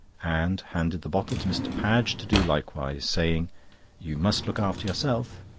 and handed the bottle to mr. padge to do likewise, saying you must look after yourself.